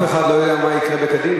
אף אחד לא יודע מה יקרה בקדימה.